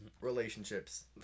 Relationships